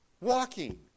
walking